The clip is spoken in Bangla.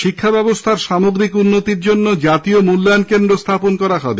শিক্ষাব্যবস্থার সামগ্রিক উন্নতির জন্য জাতীয় মূল্যায়ণ কেন্দ্র স্থাপন করা হবে